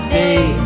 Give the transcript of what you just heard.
day